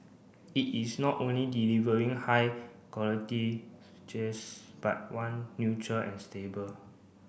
it is not only delivering high quality but one neutral and stable